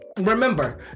remember